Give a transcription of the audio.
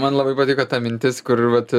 man labai patiko ta mintis kur vat